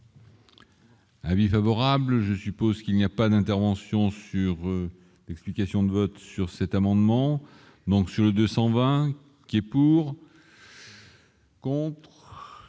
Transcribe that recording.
Avis favorable, je suppose qu'il n'y a pas d'interventions sur l'explication de vote sur cet amendement, donc sur le 220 qui est pour. Contre